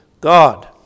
God